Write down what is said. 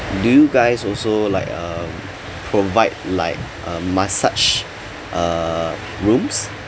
do you guys also like um provide like a massage uh rooms